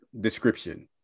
description